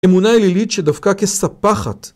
אמונה אלילית שדווקא כספחת.